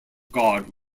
god